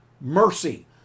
mercy